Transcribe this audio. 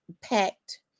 packed